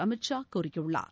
Amit Shah கறியுள்ளார்